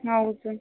ಹೌದು